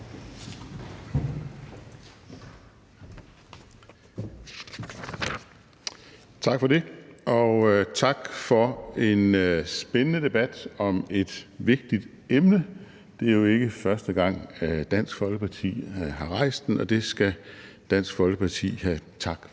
Tak for det, og tak for en spændende debat om et vigtigt emne. Det er jo ikke første gang, at Dansk Folkeparti har rejst den, og det skal Dansk Folkeparti have tak